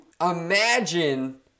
imagine